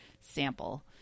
sample